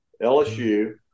LSU